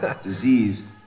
disease